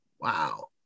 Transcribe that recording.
Wow